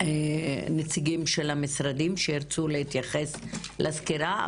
נציגים של המשרדים שירצו להתייחס לסקירה,